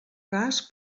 cas